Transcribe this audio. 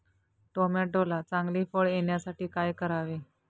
टोमॅटोला चांगले फळ येण्यासाठी काय करावे?